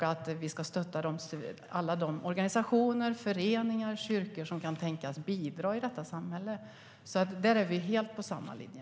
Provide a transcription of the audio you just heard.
Organisationer, föreningar och kyrkor som kan tänkas bidra till samhället ska stöttas. Där är vi helt på samma linje.